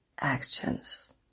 actions